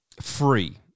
free